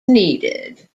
needed